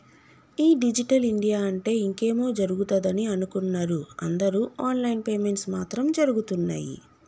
ఈ digital India అంటే ఇంకేమో జరుగుతదని అనుకున్నరు అందరు ఆన్ లైన్ పేమెంట్స్ మాత్రం జరగుతున్నయ్యి